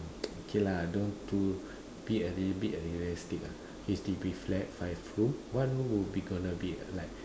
okay lah don't too be a little bit realistic ah H_D_B flat five room one room will be gonna be like